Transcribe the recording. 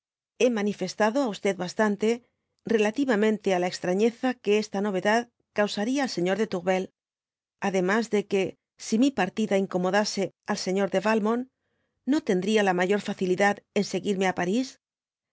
hé manifestado á bastante relatiyamente á la extrañeza que esta novedad causaría al señor de tourvel ademas de que si mi partida incomodase al señor de valmont i no tendria la mayor facilidad en seguirme á paris